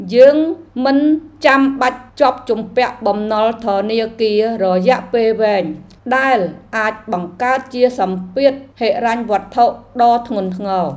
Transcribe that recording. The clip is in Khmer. យើងមិនចាំបាច់ជាប់ជំពាក់បំណុលធនាគាររយៈពេលវែង ដែលអាចបង្កើតជាសម្ពាធហិរញ្ញវត្ថុដ៏ធ្ងន់ធ្ងរ។